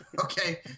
okay